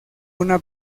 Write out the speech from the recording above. una